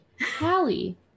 Hallie